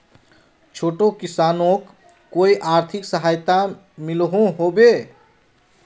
छोटो किसानोक कोई आर्थिक सहायता मिलोहो होबे?